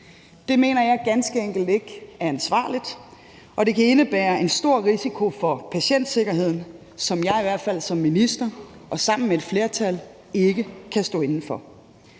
Det mener jeg ganske enkelt ikke er ansvarligt, og det kan indebære en stor risiko for patientsikkerheden, hvilket jeg som minister sammen med et flertal ikke kan stå inde for.